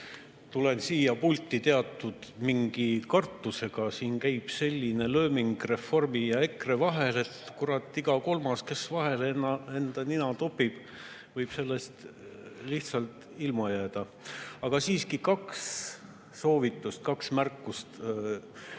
Tulen siia pulti teatud kartusega. Siin käib selline lööming Reformi ja EKRE vahel, et kurat, iga kolmas, kes enda nina vahele topib, võib sellest lihtsalt ilma jääda. Aga siiski kaks soovitust, kaks märkust